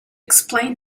explain